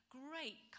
great